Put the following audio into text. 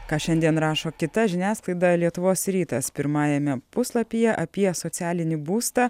ką šiandien rašo kita žiniasklaida lietuvos rytas pirmajame puslapyje apie socialinį būstą